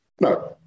No